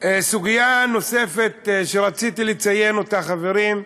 סוגיה נוספת שרציתי לציין, חברים,